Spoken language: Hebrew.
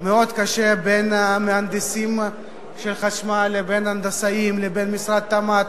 מאוד קשה בין מהנדסים של חשמל לבין הנדסאים לבין משרד התמ"ת,